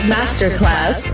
Masterclass